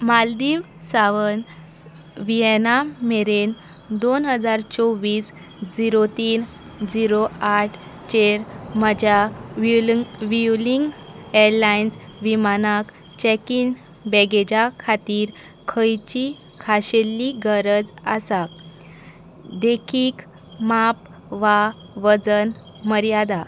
मालदीव सावन वियेना मेरेन दोन हजार चोवीस झिरो तीन झिरो आठ चेर म्हज्या विंग व्युलींग एरलायन्स विमानाक चॅकीन बॅगेजा खातीर खंयची खाशेली गरज आसा देखीक माप वा वजन मर्यादा